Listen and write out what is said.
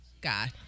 God